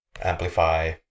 amplify